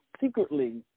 secretly